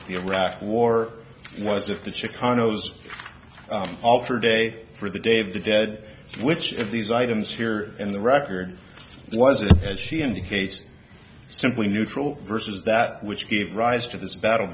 the iraq war was it the chicanos offer day for the day of the dead which of these items here in the record was as she indicates simply neutral versus that which gave rise to this battle